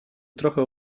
trochę